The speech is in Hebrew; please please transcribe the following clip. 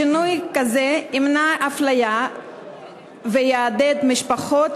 שינוי כזה ימנע אפליה ויעודד משפחות